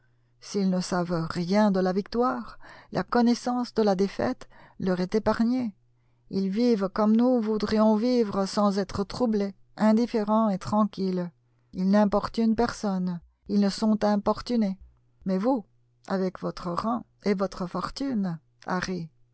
s'ils ne savent rien de la victoire la connaissance de la défaite leur est épargnée ils vivent comme nous voudrions tous vivre sans troubles indifférents et tranquilles ils n'importunent personne ni ne sont importunés mais vous avec votre rang et votre fortune harry